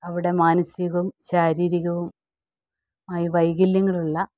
അവിടെ മാനസികവും ശാരീരികവും ആയി വൈകല്യങ്ങളുള്ള